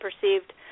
perceived